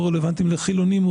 הוא רלוונטי לחילונים,